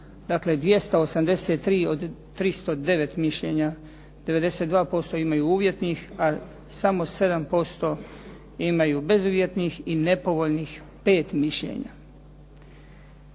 dakle 283 od 309 mišljenja. 92% imaju uvjetnih, a samo 7% imaju bezuvjetnih i nepovoljnih 5 mišljenja.